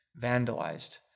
vandalized